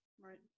right